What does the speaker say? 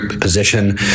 position